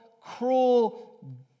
cruel